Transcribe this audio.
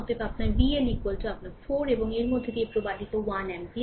অতএব আপনার VL আপনার 4 এবং এর মধ্য দিয়ে প্রবাহিত 1 অ্যাম্পিয়ার